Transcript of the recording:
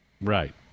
Right